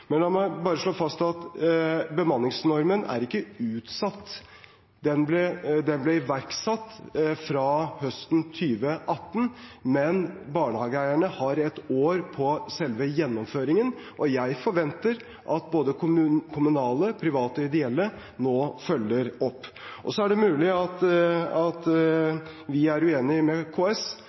Men la meg bare slå fast at bemanningsnormen ikke er utsatt, den ble iverksatt fra høsten 2018, men barnehageeierne har et år på selve gjennomføringen. Jeg forventer at både kommunale, private og ideelle nå følger opp. Så er det mulig at vi er uenig med KS,